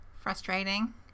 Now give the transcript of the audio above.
frustrating